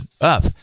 up